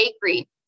Bakery